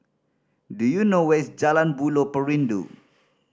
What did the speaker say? do you know where's Jalan Buloh Perindu